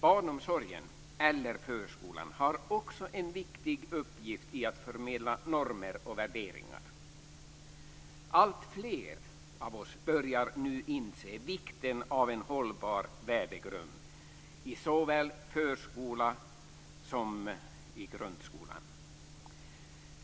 Barnomsorgen eller förskolan har också en viktig uppgift i att förmedla normer och värderingar. Alltfler av oss börjar nu att inse vikten av en hållbar värdegrund i såväl förskolan som i grundskolan.